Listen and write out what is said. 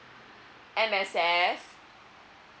M_S_F